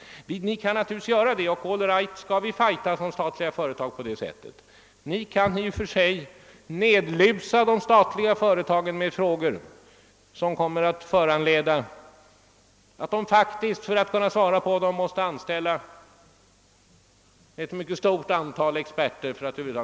Ni kan naturligtvis om ni vill nerlusa de statliga företagen med frågor som kommer att föranleda att de faktiskt för att kunna svara på frågorna måste anställa ett stort antal experter.